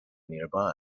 nearby